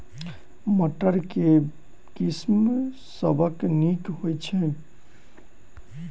मटर केँ के किसिम सबसँ नीक होइ छै?